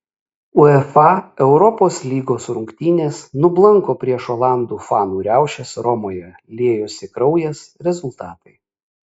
uefa europos lygos rungtynės nublanko prieš olandų fanų riaušes romoje liejosi kraujas rezultatai